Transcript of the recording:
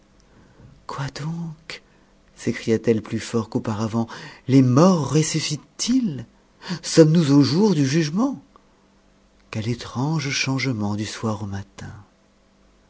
quoi donc s écria t e e plus fort qu'auparavant les morts ressnsciteuh s sommes-nous au jour du jugement que étrange changement du soir au matin